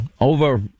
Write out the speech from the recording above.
over